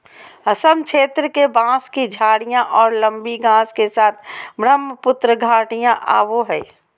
असम क्षेत्र के, बांस की झाडियाँ और लंबी घास के साथ ब्रहमपुत्र घाटियाँ आवो हइ